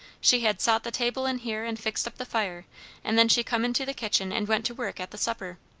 she had sot the table in here and fixed up the fire and then she come in to the kitchen and went to work at the supper.